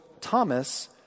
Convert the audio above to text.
Thomas